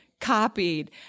copied